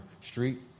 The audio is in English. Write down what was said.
Street